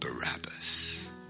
Barabbas